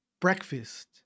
Breakfast